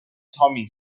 tommy